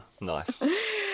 nice